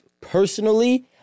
personally—